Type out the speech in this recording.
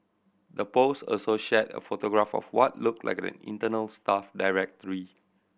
the post also shared a photograph of what looked like an internal staff directory